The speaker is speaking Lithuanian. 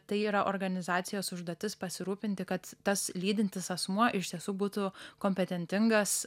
tai yra organizacijos užduotis pasirūpinti kad tas lydintis asmuo iš tiesų būtų kompetentingas